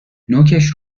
نوکش